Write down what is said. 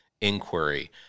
inquiry